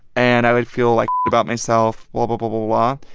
and i would feel like about myself, blah, blah, blah, blah, blah.